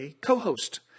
co-host